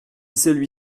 celui